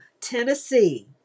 tennessee